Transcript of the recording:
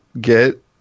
get